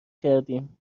کردیم